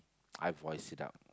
I voice it out